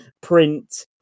print